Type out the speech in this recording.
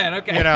and okay.